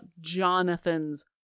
Jonathan's